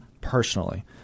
personally